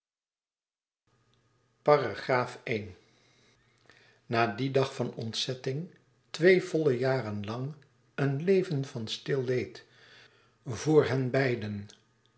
na dien dag van ontzetting twee volle jaren lang een leven van stil leed voor hen beiden